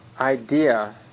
idea